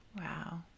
Wow